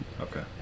Okay